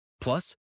Plus